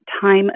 time